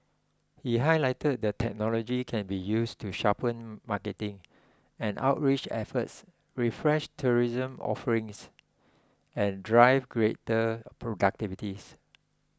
he highlighted that technology can be used to sharpen marketing and outreach efforts refresh tourism offerings and drive greater productivities